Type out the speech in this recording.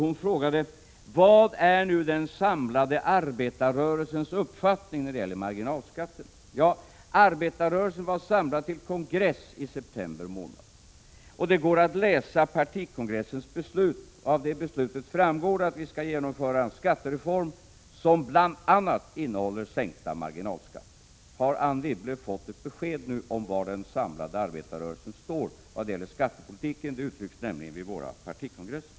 Hon frågade: Vilken är nu den samlade arbetarrörelsens uppfattning när det gäller marginalskatterna? Arbetarrörelsen var samlad till kongress i september månad. Av partikongressens beslut, som finns att läsa, framgår att vi skall genomföra en skattereform som bl.a. innehåller sänkta marginalskatter. Har Anne Wibble nu fått ett besked om var den samlade arbetarrörelsen står vad gäller skattepolitiken? Detta uttrycks nämligen vid våra partikongresser.